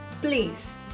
Please